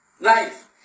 life